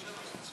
בבקשה.